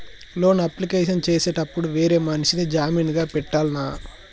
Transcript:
Loan application చేసేటప్పుడు వేరే మనిషిని జామీన్ గా పెట్టాల్నా?